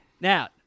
Now